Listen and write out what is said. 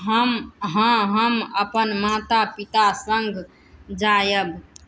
हम हँ हम अपन माता पिता सङ्ग जाएब